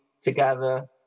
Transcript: together